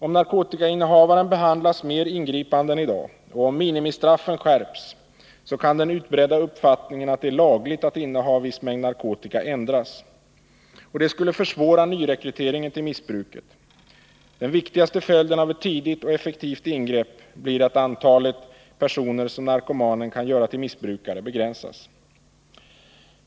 Om narkotikainnehavaren behandlas mer ingripande än i dag och om minimistraffen skärps kan den utbredda uppfattningen att det är lagligt att inneha viss mängd narkotika ändras. Detta skulle försvåra nyrekryteringen till missbruket. Den viktigaste följden av ett tidigt och effektivt ingrepp blir att antalet personer som narkomanen kan göra till missbrukare begränsas.